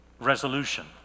resolution